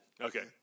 Okay